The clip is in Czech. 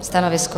Stanovisko?